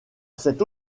cette